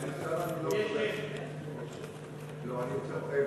אין שר, אני לא עולה.